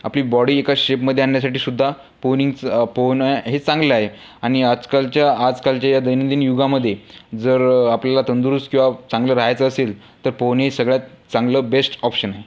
आपली बॉडी एका शेपमध्ये आणण्यासाठी सुद्धा पुनिंगचं पोहणं हे चांगलं आहे आणि आजकालच्या आजकालच्या या दैनंदिन युगामध्ये जर आपल्याला तंदुरुस्त किंवा चांगलं रहायचं असेल तर पोहणे हे सगळयात चांगलं बेस्ट ऑप्शन आहे